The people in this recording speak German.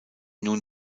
nun